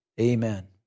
Amen